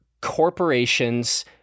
corporations